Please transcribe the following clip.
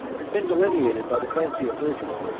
has been delineated by the fancy of virgil.